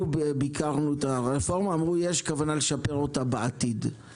כשביקרנו את הרפורמה אמרו שיש כוונה לשפר אותה בעתיד,